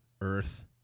Earth